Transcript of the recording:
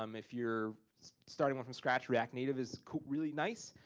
um if you're starting off from scratch, react native is really nice.